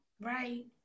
Right